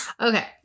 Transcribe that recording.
Okay